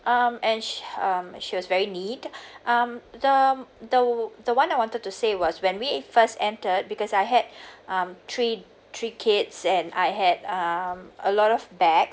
um and sh~ um she was very neat um the the the one I wanted to say was when we first entered because I had um three three kids and I had um a lot of bags